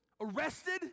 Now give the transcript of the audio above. arrested